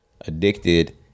addicted